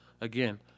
again